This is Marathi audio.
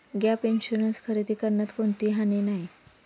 गॅप इन्शुरन्स खरेदी करण्यात कोणतीही हानी नाही